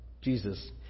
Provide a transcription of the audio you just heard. Jesus